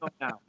now